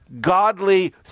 godly